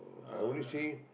I only see